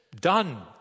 done